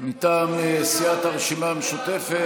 מטעם סיעת הרשימה המשותפת,